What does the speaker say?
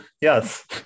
Yes